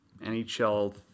NHL